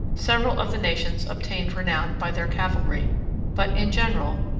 several of the nations obtained renown by their cavalry but, in general,